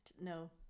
no